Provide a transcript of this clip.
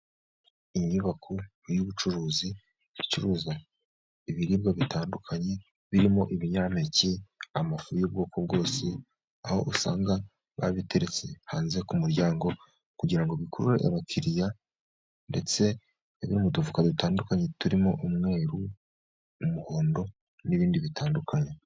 Inyubako y'ubucuruzi, icuruza ibiribwa bitandukanye birimo ibinyampeke. Amafu y'ubwoko bwose, aho usanga babiteretse hanze ku muryango, kugira bikurure abakiriya. Ndetse biri mu dufuka dutandukanye turimo umweru, umuhondo n'ibindi bitandukanye.